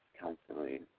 constantly